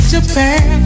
Japan